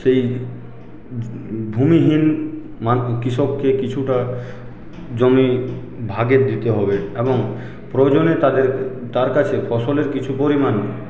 সেই ভূমিহীন মা কৃষককে কিছুটা জমি ভাগের দিতে হবে এবং প্রয়োজনে তাদের তার কাছে ফসলের কিছু পরিমাণ